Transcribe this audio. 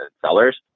sellers